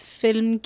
film